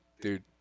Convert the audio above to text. dude